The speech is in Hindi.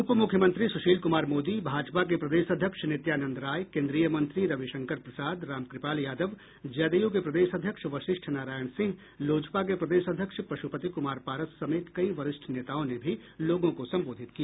उपमुख्यमंत्री सुशील कुमार मोदी भाजपा के प्रदेश अध्यक्ष नित्यानंद राय केंद्रीय मंत्री रविशंकर प्रसाद रामकृपाल यादव जदयू के प्रदेश अध्यक्ष वशिष्ठ नारायण सिंह लोजपा के प्रदेश अध्यक्ष पशुपति कुमार पारस समेत कई वरिष्ठ नेताओं ने भी लोगों को संबोधित किया